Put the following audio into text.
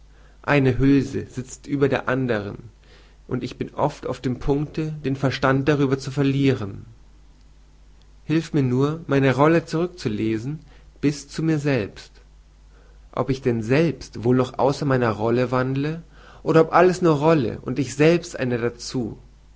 eine hülse sitzt über der andern und ich bin oft auf dem punkte den verstand darüber zu verlieren hilf mir nur meine rolle zurücklesen bis zu mir selbst ob ich denn selbst wohl noch außer meiner rolle wandle oder ob alles nur rolle und ich selbst eine dazu